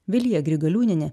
vilija grigaliūnienė